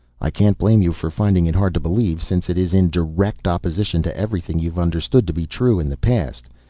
i can't blame you for finding it hard to believe, since it is in direct opposition to everything you've understood to be true in the past.